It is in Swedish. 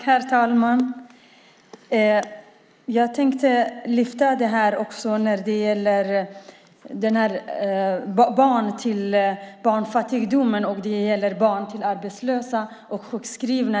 Herr talman! Jag tänkte lyfta det här när det gäller barnfattigdomen och att det gäller barn till arbetslösa och sjukskrivna.